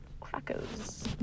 Crackers